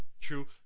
true